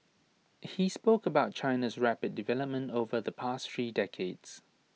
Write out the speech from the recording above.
he spoke about China's rapid development over the past three decades